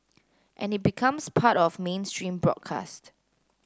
and it becomes part of mainstream broadcast